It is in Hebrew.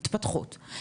מתפתחות,